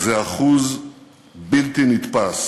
זה אחוז בלתי נתפס